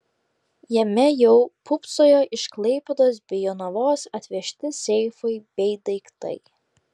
jame jau pūpsojo iš klaipėdos bei jonavos atvežti seifai bei daiktai